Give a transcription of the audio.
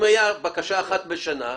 אם הייתה בקשה אחת בשנה,